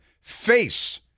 FACE